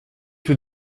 tout